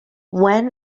when